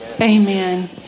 Amen